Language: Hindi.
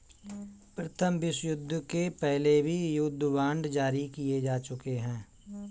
प्रथम विश्वयुद्ध के पहले भी युद्ध बांड जारी किए जा चुके हैं